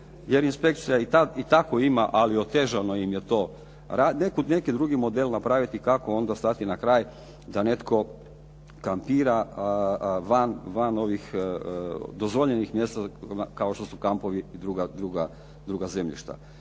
jer inspekcija i tako ima ali otežano ima je to. neki drugi model napraviti kako onda stati na kraj da netko kampira van ovih dozvoljenih mjesta kao što su kampovi i druga zemljišta.